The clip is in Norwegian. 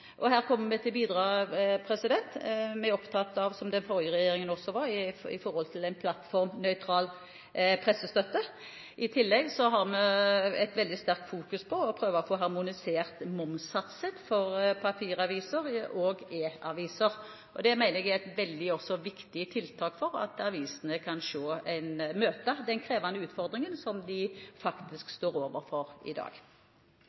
Her kommer vi til å bidra. Vi er opptatt av, som den forrige regjeringen også var, en plattformnøytral pressestøtte. I tillegg har vi en veldig sterk fokusering på å prøve å få harmoniserte momssatser for papiraviser og e-aviser, og det mener jeg også er et veldig viktig tiltak for at avisene kan møte den krevende utfordringen som de faktisk står overfor i dag.